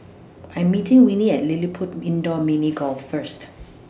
I Am meeting Winnie At LilliPutt Indoor Mini Golf First